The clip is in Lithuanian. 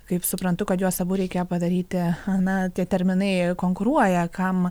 kaip suprantu kad juos abu reikėjo padaryti na tie terminai konkuruoja kam